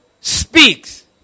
speaks